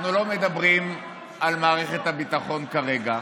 אנחנו לא מדברים על מערכת הביטחון כרגע,